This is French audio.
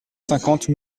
cinquante